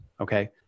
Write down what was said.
Okay